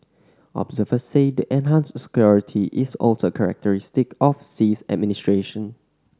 observers say the enhanced scrutiny is also characteristic of Xi's administration